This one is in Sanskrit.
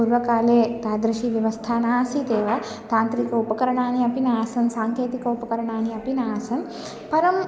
पूर्वकाले तादृशी व्यवस्था नासीदेव तान्त्रिक उपकरणानि अपि नासन् साङ्केतिक उपकरणानि अपि नासन् परं